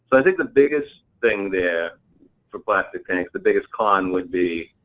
i think the biggest thing there for plastic tanks, the biggest con would be,